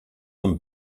them